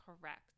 correct